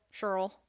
Cheryl